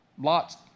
Lot's